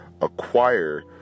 acquire